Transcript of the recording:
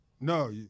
No